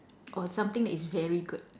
or something is very good